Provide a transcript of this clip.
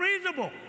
reasonable